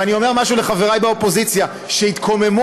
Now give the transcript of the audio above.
ואני אומר משהו לחברי באופוזיציה שהתקוממו